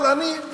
אבל אני,